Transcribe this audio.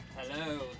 Hello